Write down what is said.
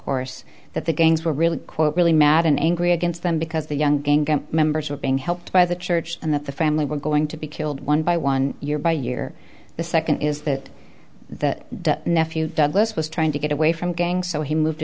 course that the gangs were really quite really mad and angry against them because the young gang members were being helped by the church and that the family were going to be killed one by one year by year the second is that the nephew douglas was trying to get away from gang so he moved